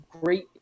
great